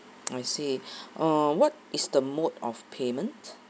I see uh what is the mode of payment